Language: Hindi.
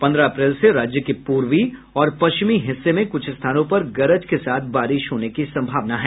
पंद्रह अप्रैल से राज्य के पूर्वी और पश्चिमी हिस्से में कुछ स्थानों पर गरज के साथ बारिश होने की संभावना है